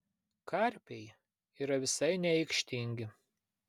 karpiai yra visai neaikštingi